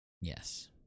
Yes